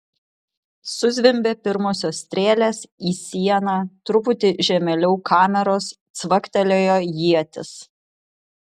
suzvimbė pirmosios strėlės į sieną truputį žemėliau kameros cvaktelėjo ietis